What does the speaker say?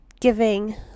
giving